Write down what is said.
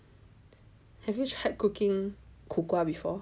have you tried cooking 苦瓜 before